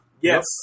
Yes